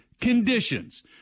conditions